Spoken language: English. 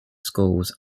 schools